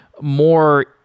more